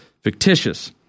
fictitious